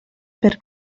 per